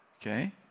Okay